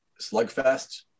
Slugfest